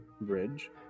bridge